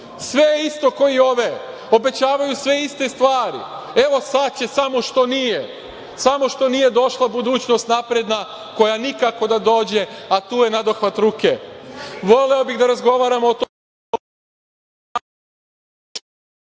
je isto kao i ove, obećavaju sve iste stvari, evo sad će, samo što nije, samo što nije došla budućnost napredna, koja nikako da dođe, a tu je nadohvat ruke. Voleo bih da razgovaramo o tom